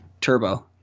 Turbo